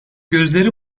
gözleri